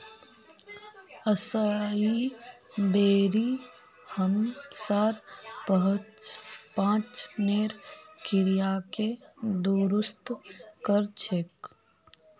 असाई बेरी हमसार पाचनेर क्रियाके दुरुस्त कर छेक